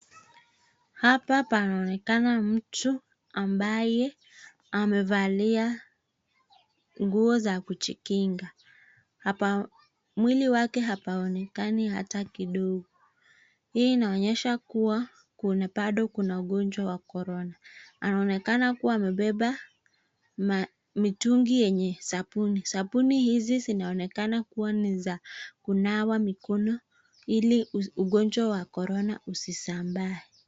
Hapa panaoneka mtu ambaye amevalia nguo za kujikinga. Mwili wake hapaonekani hata kidogo hii inaonyesha kuwa bado kuna ugonjwa wa korona anaonekana kuwa amebeba mitungi yenye sabuni. Sabuni hizi zinaonekana kuwa ni za kunawa mikono ili ugonjwa wa korona usisambae.